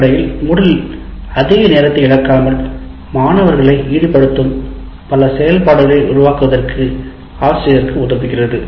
அடிப்படையில் MOODLE அதிக நேரத்தை இழக்காமல் மாணவர்களை ஈடுபடுத்தும் பல செயல்பாடுகளை உருவாக்குவதற்கு ஆசிரியருக்கு உதவுகிறது